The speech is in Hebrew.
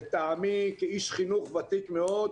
לטעמי כאיש חינוך ותיק מאוד,